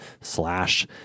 slash